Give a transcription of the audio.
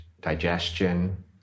digestion